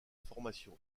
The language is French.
formation